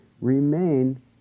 remain